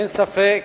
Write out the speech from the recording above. אין ספק